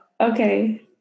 Okay